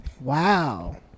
Wow